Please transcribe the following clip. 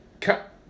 cut